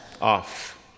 off